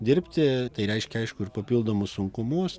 dirbti tai reiškia aišku ir papildomus sunkumus